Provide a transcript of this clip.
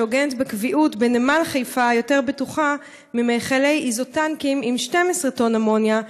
שעוגנת בקביעות בנמל חיפה יותר בטוחה ממכלי איזוטנקים עם 12 טון אמוניה,